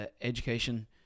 education